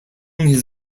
his